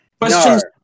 Questions